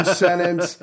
sentence